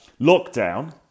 Lockdown